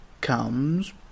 comes